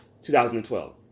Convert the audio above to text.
2012